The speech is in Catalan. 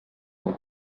són